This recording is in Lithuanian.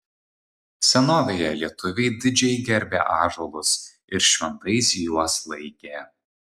senovėje lietuviai didžiai gerbė ąžuolus ir šventais juos laikė